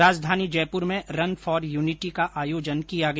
राजधानी जयपुर में run for unity का आयोजन किया गया